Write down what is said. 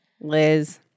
Liz